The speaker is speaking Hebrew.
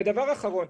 ודבר אחרון: